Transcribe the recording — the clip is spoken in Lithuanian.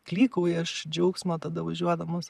klykauja iš džiaugsmo tada važiuodamas